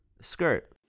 Skirt